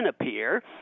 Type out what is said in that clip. appear